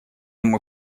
ему